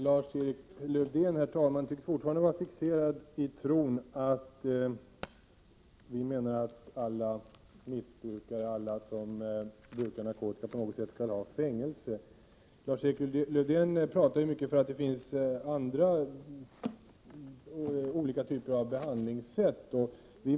Herr talman! Lars-Erik Lövdén tycks fortfarande vara fixerad i tron att vi menar att alla som brukar narkotika skall sättas i fängelse. Lars-Erik Lövdén talar mycket om andra typer av behandling.